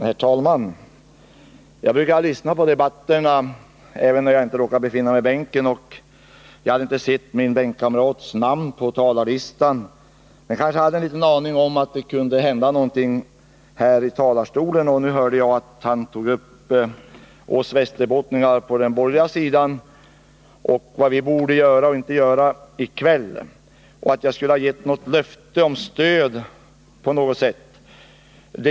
Herr talman! Jag brukar lyssna på debatterna även när jag inte befinner mig i min bänk. Jag hade inte sett min bänkkamrats namn på talarlistan, men jag hade kanske en liten föraning om att han skulle komma att yttra sig i denna debatt. Nu hörde jag att han vände sig till oss västerbottningar på den borgerliga sidan och sade till oss vad vi borde göra och inte göra i kväll. Dessutom menade han att jag skulle ha givit ett löfte om stöd i något sammanhang.